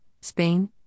Spain